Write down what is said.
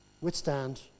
withstand